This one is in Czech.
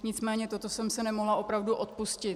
Nicméně toto jsem si nemohla opravdu odpustit.